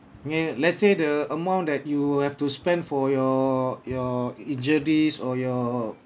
okay let's say the amount that you will have to spend for your your injuries or your